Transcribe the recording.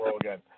again